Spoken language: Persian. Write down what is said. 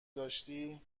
داشتی